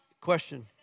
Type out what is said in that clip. question